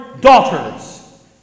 daughters